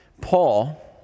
Paul